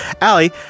Allie